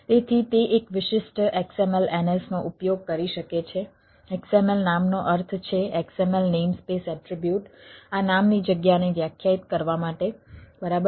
તેથી તે એક વિશિષ્ટ XMLNS નો ઉપયોગ કરી શકે છે XML નામનો અર્થ છે XML નેમસ્પેસ એટ્રિબ્યુટ આ નામની જગ્યાને વ્યાખ્યાયિત કરવા માટે બરાબર